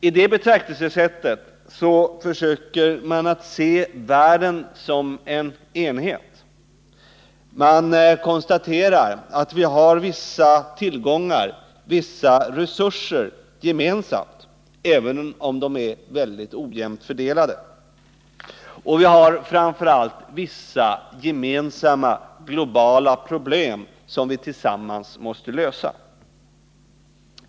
I det betraktelsesättet försöker man se världen som en enhet. Man konstaterar att vi har vissa tillgångar och resurser gemensamt, även om de är mycket ojämnt fördelade. Och vi har framför allt vissa gemensamma globala problem, som vi tillsammans måste lösa.